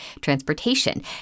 transportation